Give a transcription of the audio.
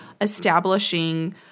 establishing